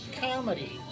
comedy